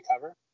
cover